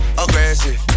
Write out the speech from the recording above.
aggressive